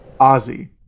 Ozzy